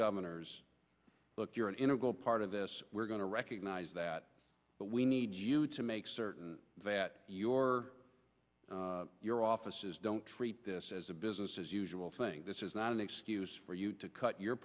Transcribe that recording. governors look you're an integral part of this we're going to recognize that but we need you to make certain that your your office is don't treat this as a business as usual thing this is not an excuse for you to cut your